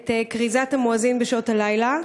את כריזת המואזין בשעות הלילה,